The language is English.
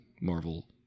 Marvel